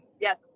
yes